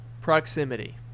proximity